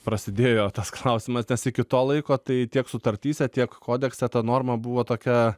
prasidėjo tas klausimas nes iki to laiko tai tiek sutartyse tiek kodekse ta norma buvo tokia